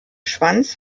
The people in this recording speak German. schwanz